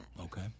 Okay